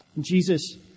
Jesus